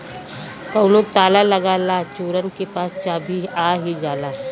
कउनो ताला लगा ला चोरन के पास चाभी आ ही जाला